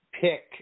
pick